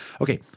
Okay